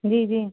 जी जी